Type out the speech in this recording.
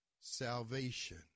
salvation